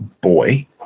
boy